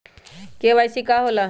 KYC का होला?